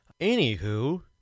Anywho